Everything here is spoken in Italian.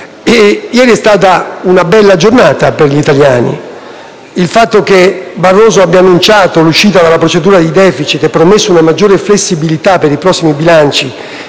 Ieri è stata una bella giornata per gli italiani: il fatto che Barroso abbia annunciato l'uscita dalla procedura di *deficit* e promesso una maggiore flessibilità per i prossimi bilanci